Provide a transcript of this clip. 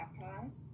baptize